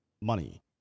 money